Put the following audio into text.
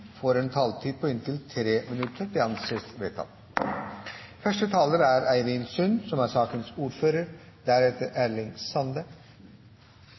får en taletid på inntil 3 minutter. – Det anses vedtatt. Merverdiavgiften er utformet som